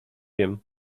wiem